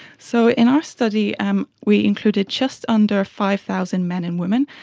so in our study um we included just under five thousand men and women,